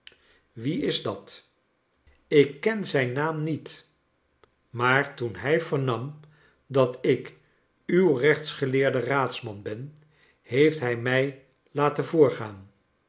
wie is dat charles dickens ik ken zijn naam niet maar toen hij vernam dat ik uw rechtsgeleerde raadsman ben heeft hij mij laten voorgaan